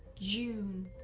june.